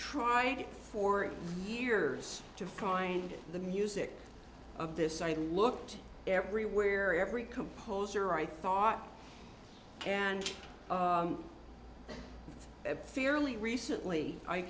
tried for years to find the music of this i looked everywhere every composer i thought and fairly recently i